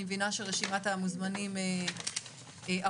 אני מבינה שרשימת המוזמנים ארוכה.